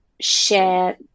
share